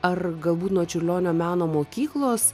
ar galbūt nuo čiurlionio meno mokyklos